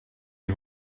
die